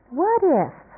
what-if